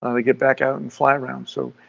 um they get back out and fly around. so,